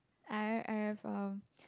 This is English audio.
I I've uh